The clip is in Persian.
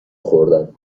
خوردم